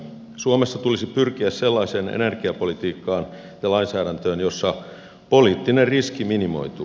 suomessa tulisi pyrkiä sellaiseen energiapolitiikkaan ja lainsäädäntöön jossa poliittinen riski minimoituu